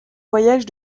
voyagent